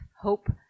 hope